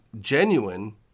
genuine